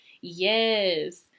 Yes